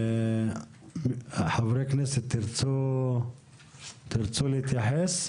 חברי הכנסת, רוצים להתייחס?